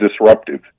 disruptive